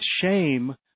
shame